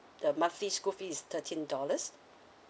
the monthly school fees is thirteen dollars